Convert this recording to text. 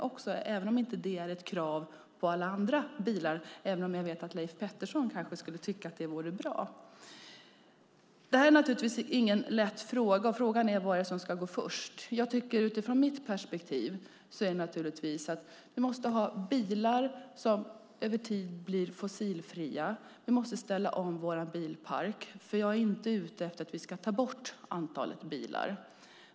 Det är inte ett krav på alla andra bilar, även om jag vet att Leif Pettersson kanske skulle tycka att det vore bra. Detta är naturligtvis inte någon lätt fråga. Frågan är vad som ska gå först. Jag tycker utifrån mitt perspektiv att vi naturligtvis måste ha bilar som över tid blir fossilfria. Vi måste ställa om vår bilpark. Jag är inte ute efter att vi ska ta bort ett antal bilar.